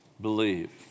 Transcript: Believe